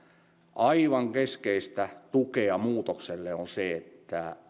aivan keskeistä tukea muutokselle on se että